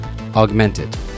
Augmented